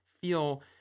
feel